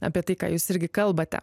apie tai ką jūs irgi kalbate